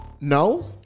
No